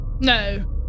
no